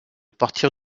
partir